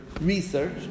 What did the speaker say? Research